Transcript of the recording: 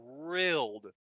thrilled